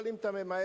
אבל אם אתה ממהר,